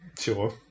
Sure